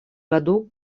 году